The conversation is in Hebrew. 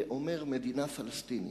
ואומר "מדינה פלסטינית",